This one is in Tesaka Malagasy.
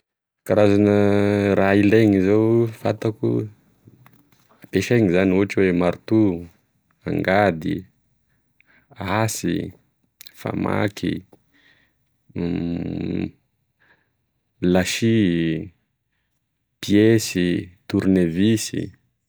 Karazana raha ilaigny zao fantako ampesaigny zany ohatry oe marito, angady, ansy, famaky, lasy, piesy, tornevisy.